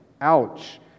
Ouch